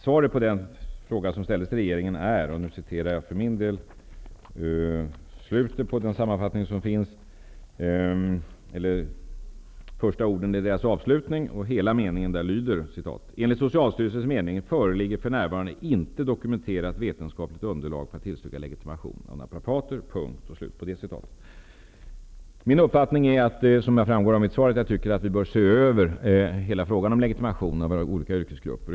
Svaret på den fråga som ställdes av regeringen är: ''Enligt Socialstyrelsens mening föreligger för närvarande inte dokumenterat vetenskapligt underlag för att tillstyrka legitimation av naprapater.'' Min uppfattning är, och som framgår av mitt svar, att vi bör se över hela frågan om legitimation av olika yreksgrupper.